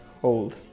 hold